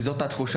חס ושלום.